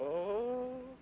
oh